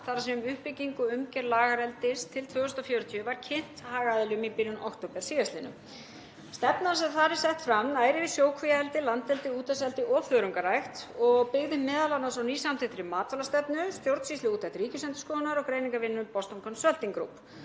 þ.e. um uppbyggingu og umgjörð lagareldis til 2040, var kynnt hagaðilum í byrjun október síðastliðnum. Stefnan sem þar er sett fram nær yfir sjókvíaeldi, landeldi, úthafseldi og þörungaræktun og byggði m.a. á nýsamþykktri matvælastefnu, stjórnsýsluúttekt Ríkisendurskoðunar og greiningarvinnu Boston Consulting Group.